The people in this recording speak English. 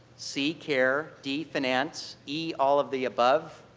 c, care. d, finance. e, all of the above.